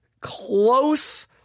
close